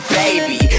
baby